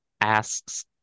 asks